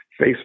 Facebook